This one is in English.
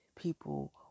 people